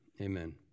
Amen